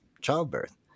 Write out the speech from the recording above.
childbirth